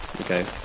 Okay